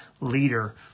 leader